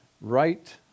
right